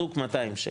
זוג 200 שקל,